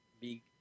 big